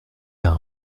d’un